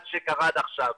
מה שקרה עד עכשיו.